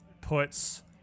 puts